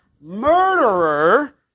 Murderer